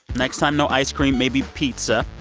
next time, no ice cream, maybe pizza.